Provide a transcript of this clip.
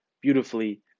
beautifully